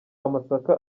amasaka